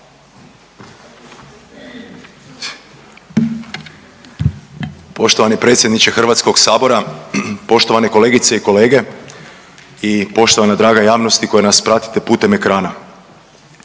Poštovani predsjedniče Hrvatskog sabora, poštovane kolegice i kolege i poštovana draga javnosti koja nas pratite putem ekrana.